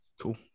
Cool